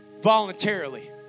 voluntarily